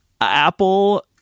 Apple